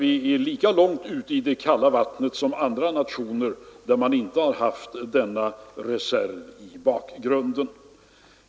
Vi är inte lika långt ute i det kalla vattnet som andra nationer där man inte har en sådan reserv i bakgrunden.